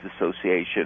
Association